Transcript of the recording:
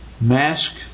Mask